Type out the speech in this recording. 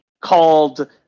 called